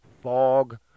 Fog